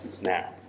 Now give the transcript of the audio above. now